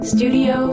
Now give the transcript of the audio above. Studio